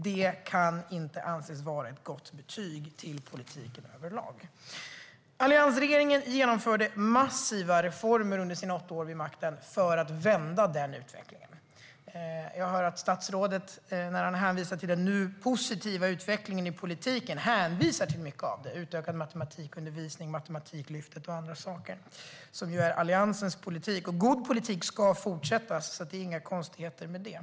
Det kan inte anses vara ett gott betyg för politiken överlag. Alliansregeringen genomförde massiva reformer under sina åtta år vid makten för att vända den utvecklingen. Jag hör att statsrådet hänvisar till mycket av det när han talar om den nu positiva utvecklingen i politiken. Utökad matematikundervisning, Matematiklyftet och andra saker är Alliansens politik. God politik ska fortsättas, så det är inga konstigheter med det.